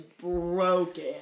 broken